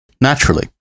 Naturally